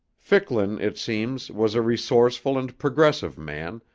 ficklin, it seems, was a resourceful and progressive man,